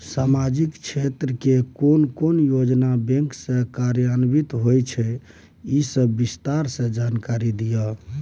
सामाजिक क्षेत्र के कोन कोन योजना बैंक स कार्यान्वित होय इ सब के विस्तार स जानकारी दिय?